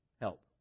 help